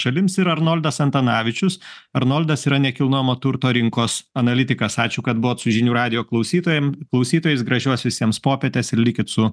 šalims ir arnoldas antanavičius arnoldas yra nekilnojamo turto rinkos analitikas ačiū kad buvot su žinių radijo klausytojam klausytojus gražios visiems popietės ir likit su